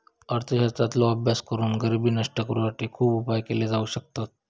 अर्थशास्त्राचो अभ्यास करून गरिबी नष्ट करुसाठी खुप उपाय केले जाउ शकतत